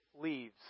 leaves